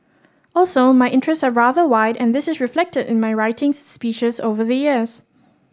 also my interests are rather wide and this is reflected in my writings speeches over the years